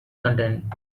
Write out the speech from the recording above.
content